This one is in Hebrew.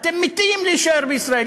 אתם מתים להישאר בישראל,